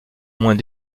moins